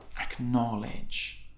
acknowledge